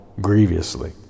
grievously